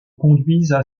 conduisent